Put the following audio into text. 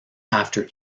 after